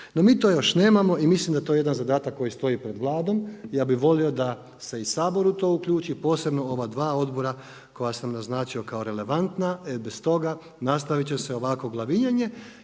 No mi to još nemamo i mislim da je to jedan zadatak koji stoji pred Vladom, ja bih volio da se i Sabor u to uključi, posebno ova dva odbora koja sam naznačio kao relevantna, bez toga nastaviti će se ovakvo glavinjanje.